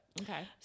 Okay